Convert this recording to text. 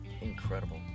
Incredible